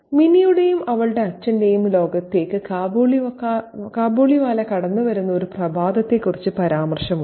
മിനിയുടെയും അവളുടെ അച്ഛന്റെയും ലോകത്തേക്ക് കാബൂളിവാല കടന്നുവരുന്ന ഒരു പ്രഭാതത്തെക്കുറിച്ച് പരാമർശമുണ്ട്